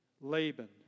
Laban